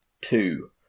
two